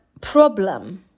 problem